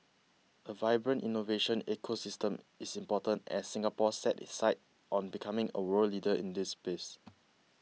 a vibrant innovation ecosystem is important as Singapore sets its sights on becoming a world leader in this space